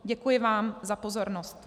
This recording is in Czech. Děkuji vám za pozornost.